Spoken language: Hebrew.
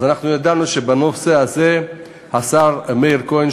אז אנחנו ידענו שבנושא הזה השר מאיר כהן,